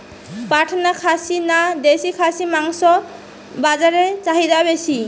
পাটনা খাসি না দেশী খাসির মাংস বাজারে চাহিদা বেশি?